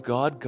God